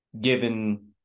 given